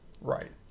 Right